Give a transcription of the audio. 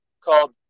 called